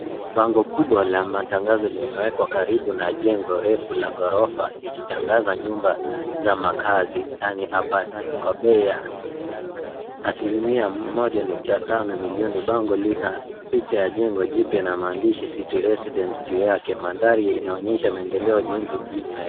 Bango kubwa la matangazo limewekwa karibu na jengo refu la ghorofa zikitoa gaza nyumba za makazi yaani [cs ] apartments [cs ] kwa bei ya asili Mia moja nukta tano milioni bei ya picha ya jengo jipya na maandishi [cs ] city residents [cs ] juu yake. Mandari inaonyesha maendeleo ya ujenzi mjini Nairobi.